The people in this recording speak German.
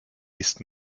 ist